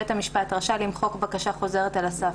"בית המשפט רשאי למחוק בקשה חוזרת על הסף,